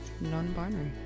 non-binary